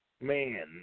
Man